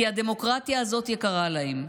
כי הדמוקרטיה הזאת יקרה להם.